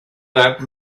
that